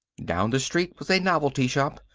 down the street was a novelty shop,